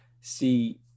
See